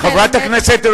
חברת הכנסת,